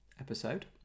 episode